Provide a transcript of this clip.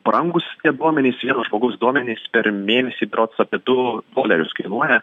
brangūs tie duomenys vieno žmogaus duomenis per mėnesį berods apie du dolerius kainuoja